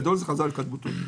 לקדמותו.